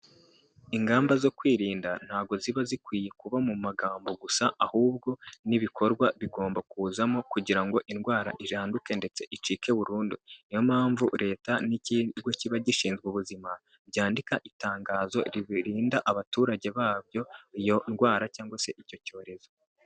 Ingamba zo kwirinda ntabwo ziba zikwiye kuba mu magambo gusa, ahubwo n'ibikorwa bigomba kuzamo kugira ngo indwara iranduke ndetse icike burundu, ni yo mpamvu Leta n'ikigo kiba gishinzwe ubuzima byandika itangazo ririnda abaturage babyo iyo ndwara cyangwa se icyo cyorezo.